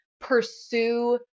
pursue